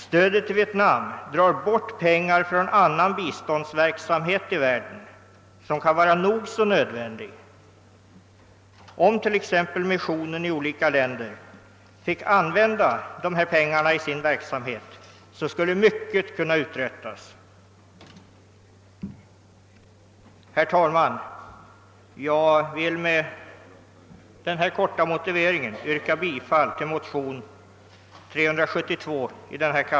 Stödet till Vietnam drar bort pengar från annan biståndsverksamhet i världen, som kan vara nog så nödvändig. Om t.ex. missionen i olika länder fick använda dessa pengar i sin verksamhet, skulle mycket kunna uträttas. Herr talman, jag vill med denna korta motivering yrka bifall till motionen II: 372.